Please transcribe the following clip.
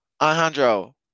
Alejandro